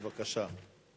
אדוני, בבקשה.